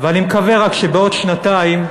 ואני מקווה רק שבעוד שנתיים,